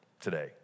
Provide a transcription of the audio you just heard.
today